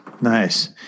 Nice